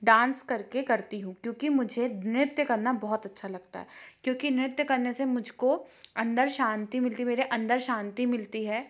dance करके करती हूँ क्योंकि मुझे नृत्य करना बहुत अच्छा लगता है क्योंकि नृत्य करने से मुझको अंदर शांति मिलती मेरे अंदर शांति मिलती है